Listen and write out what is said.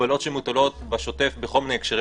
מגבלות שמוטלות בשוטף בכל מיני הקשרים